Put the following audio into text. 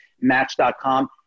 match.com